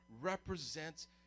represents